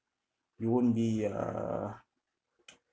you won't be err